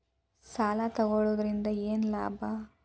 ಸಾಲ ತಗೊಳ್ಳುವುದರಿಂದ ಏನ್ ಲಾಭ?